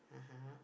(uh huh)